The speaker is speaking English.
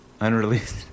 unreleased